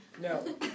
No